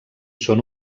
són